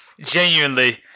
genuinely